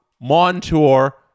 Montour